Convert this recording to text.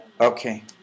Okay